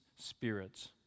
spirits